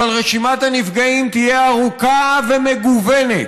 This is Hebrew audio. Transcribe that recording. אבל רשימת הנפגעים תהיה ארוכה ומגוונת.